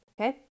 Okay